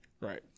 Right